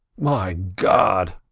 my god!